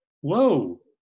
Whoa